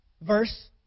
Verse